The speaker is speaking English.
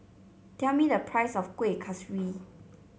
tell me the price of Kuih Kaswi